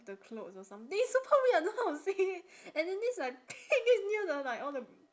the clothes or something it's super weird don't know how to say and then this like pig is near the like all the